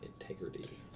integrity